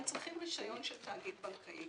הם צריכים רישיון של תאגיד בנקאי.